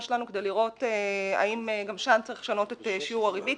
שלנו כדי לראות אם גם שם צריך לשנות את שיעור הריבית,